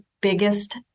biggest